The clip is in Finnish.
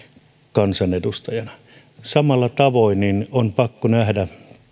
kansanedustajana samalla tavoin on pakko nähdä